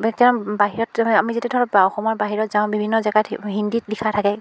বাহিৰত আমি আমি যেতিয়া ধৰক অসমৰ বাহিৰত যাওঁ বিভিন্ন জেগাত হিন্দীত লিখা থাকে